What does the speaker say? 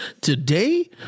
today